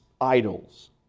idols